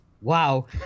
wow